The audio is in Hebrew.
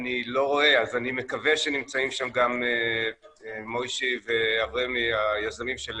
אני לא רואה אז אני מקווה שנמצאים שם גם משה ואברמי היזמים של